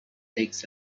takes